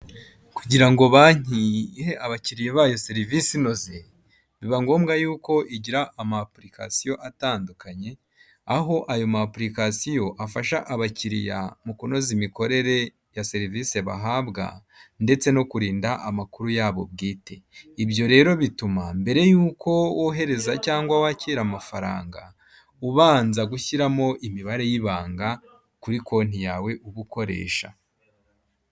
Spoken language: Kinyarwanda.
Kugira ngo banki ihe abakiriya bayo serivisi inoze biba ngombwa yuko igira amapulikasiyo atandukanye, aho ayo mapulikasiyo afasha abakiriya mu kunoza imikorere ya serivisi bahabwa, ndetse no kurinda amakuru yabo bwite; ibyo rero bituma mbere yuko wohereza cyangwa wakira amafaranga ubanza gushyiramo imibare y'ibanga kuri konti yawe uba ukoresha.